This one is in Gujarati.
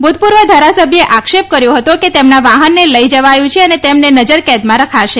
ભૂતપૂર્વ ધારાસભ્યે આક્ષેપ કર્યો હતો કે તેમના વાહનને લઈ જવાયું છે અને તેમને નજરકેદમાં રખાશે